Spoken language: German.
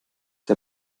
der